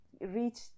reach